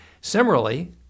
Similarly